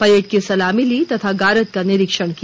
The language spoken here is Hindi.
परेड की सलामी ली तथा गारद का निरीक्षण किया